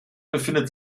befindet